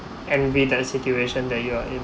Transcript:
and with the situation that you are in